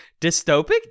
dystopic